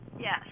Yes